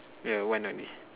ya one only